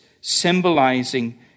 symbolizing